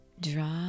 Draw